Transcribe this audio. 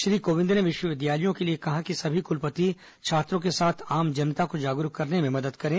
श्री कोविंद ने विष्वविद्यालयों के लिए कहा कि सभी कुलपति छात्रों के साथ आम जनता को जागरूक करने में मदद करें